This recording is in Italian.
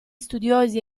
studiosi